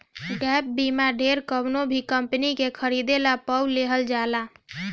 gap बीमा ढेर कवनो भी कंपनी के खरीदला पअ लेहल जाला